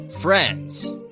friends